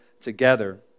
together